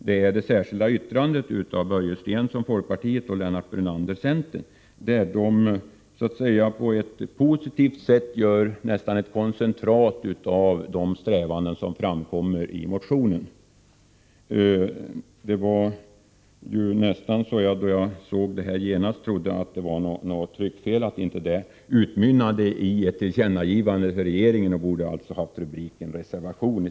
Det är det särskilda yttrandet av Börje Stensson från folkpartiet och Lennart Brunander från centerpartiet, som på ett positivt sätt gör — kan man nästa säga — ett koncentrat av de strävanden som motionsförslaget går ut på. När jag först såg detta särskilda yttrande trodde jag att det var ett tryckfel och att det i stället skulle ha varit en reservation.